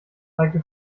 zeigte